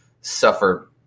suffer